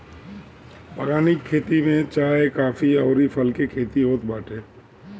बगानी खेती में चाय, काफी अउरी फल के खेती होत बाटे